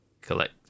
collect